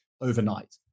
overnight